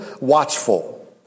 watchful